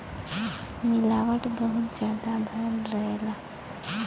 मिलावट बहुत जादा भयल रहला